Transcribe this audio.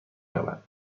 رود